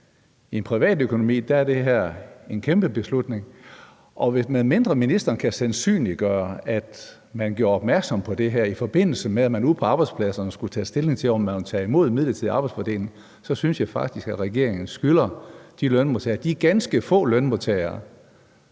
ens privatøkonomi, at det her jo en kæmpe beslutning, og medmindre ministeren kan sandsynliggøre, at man gjorde opmærksom på det her, i forbindelse med at man ude på arbejdspladserne skulle tage stilling til, om man ville tage imod den midlertidige arbejdsfordeling, så synes jeg faktisk, at regeringen skylder at gøre noget for de lønmodtagere